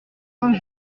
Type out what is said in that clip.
saint